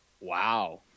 Wow